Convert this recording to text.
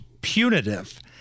punitive